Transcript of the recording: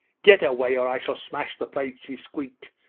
get away or i shall smash the plates she squeaked,